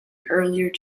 earlier